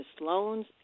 loans